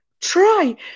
Try